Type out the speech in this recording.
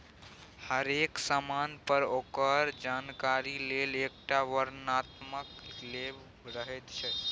हरेक समान पर ओकर जानकारी लेल एकटा वर्णनात्मक लेबल रहैत छै